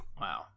Wow